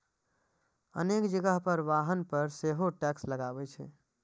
अनेक जगह पर वाहन पर सेहो टैक्स लागै छै